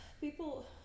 people